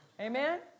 Amen